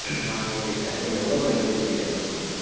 ஆ okay sir எவ்வளோ பட்ஜட்டில் எதிர்ப் பார்க்குறிங்க